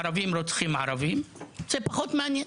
ערבים שרוצחים ערבים זה פחות מעניין.